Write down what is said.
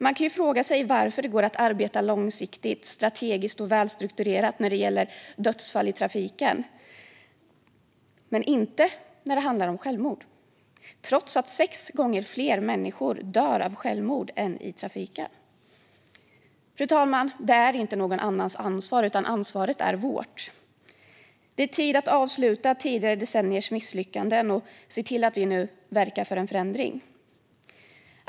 Man kan fråga sig varför det går att arbeta långsiktigt, strategiskt och välstrukturerat när det gäller dödsfall i trafiken men inte när det handlar om självmord, trots att sex gånger fler människor dör av självmord än i trafiken. Fru talman! Det är inte någon annans ansvar, utan ansvaret är vårt. Det är tid att avsluta tidigare decenniers misslyckanden och se till att vi nu verkar för en förändring.